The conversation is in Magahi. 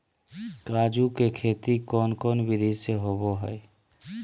काजू के खेती कौन कौन विधि से होबो हय?